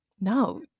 No